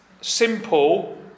simple